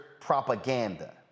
propaganda